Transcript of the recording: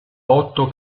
otto